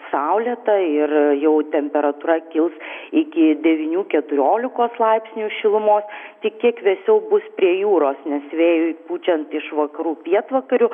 saulėta ir jau temperatūra kils iki devynių keturiolikos laipsnių šilumos tik kiek vėsiau bus prie jūros nes vėjui pučiant iš vakarų pietvakarių